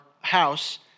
house